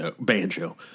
banjo